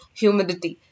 humidity